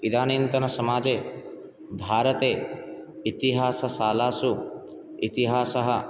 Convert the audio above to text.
इदानीन्तनसमाजे भारते इतिहासशालासु इतिहासः